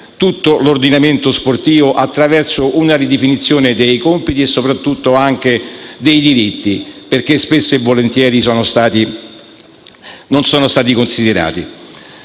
tutto l'ordinamento sportivo, attraverso una ridefinizione dei compiti e - soprattutto - dei diritti, che spesso e volentieri non sono stati considerati.